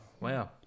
Wow